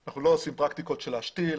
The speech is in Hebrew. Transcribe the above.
אנחנו לא עושים פרקטיקות של להשתיל.